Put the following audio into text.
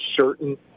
certain